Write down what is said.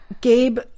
Gabe